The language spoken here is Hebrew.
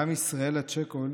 גם ישראלה צ'קול,